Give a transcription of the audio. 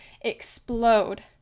explode